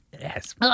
Yes